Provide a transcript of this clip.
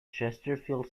chesterfield